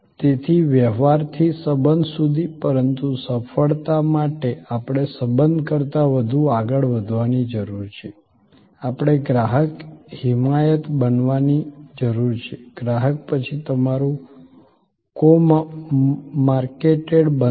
તેથી વ્યવહારથી સંબંધ સુધી પરંતુ સફળતા માટે આપણે સંબંધ કરતાં વધુ આગળ વધવાની જરૂર છે આપણે ગ્રાહક હિમાયત બનાવવાની જરૂર છે ગ્રાહક પછી તમારું કો માર્કેટેડ બનશે